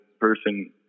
person